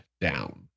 down